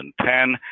2010